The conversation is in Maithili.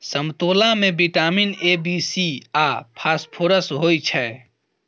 समतोला मे बिटामिन ए, बी, सी आ फास्फोरस होइ छै